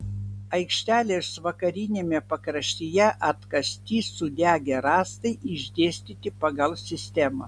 aikštelės vakariniame pakraštyje atkasti sudegę rąstai išdėstyti pagal sistemą